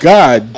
God